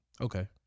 Okay